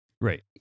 Right